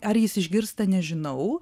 ar jis išgirsta nežinau